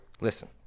Listen